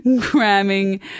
cramming